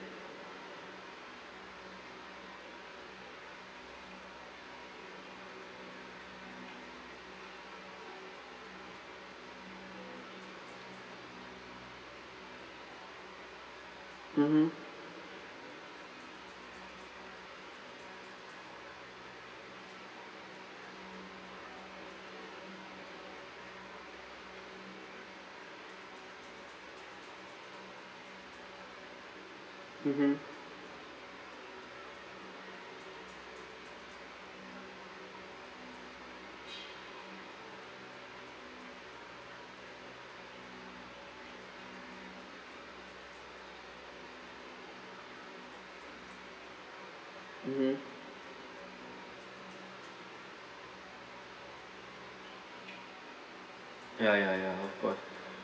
mmhmm mmhmm mmhmm ya ya ya of course